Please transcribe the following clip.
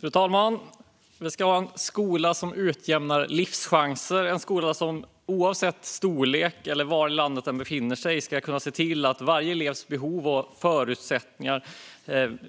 Fru talman! Vi ska ha en skola som utjämnar livschanser. Vi ska ha en skola som oavsett storlek eller var i landet den finns kan se till att varje elevs behov och förutsättningar